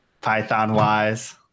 python-wise